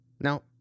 Now